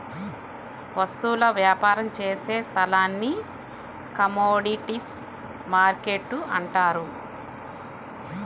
వస్తువుల వ్యాపారం చేసే స్థలాన్ని కమోడీటీస్ మార్కెట్టు అంటారు